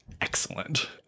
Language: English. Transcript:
excellent